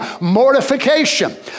mortification